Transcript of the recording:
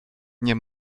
nie